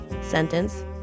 sentence